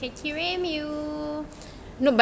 can kirim you